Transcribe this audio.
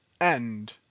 End